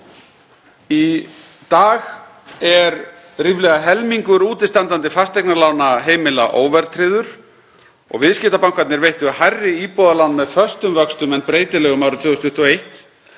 Í dag er ríflega helmingur útistandandi fasteignalána heimila óverðtryggður og viðskiptabankarnir veittu hærri íbúðalán með föstum vöxtum en breytilegum árið 2021.